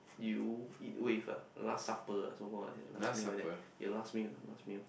you eat with ah last supper ah so call like last meal like that your last meal last meal